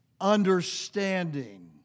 understanding